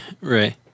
Right